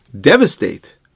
devastate